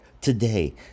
today